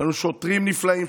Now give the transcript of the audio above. יש לנו שוטרים נפלאים,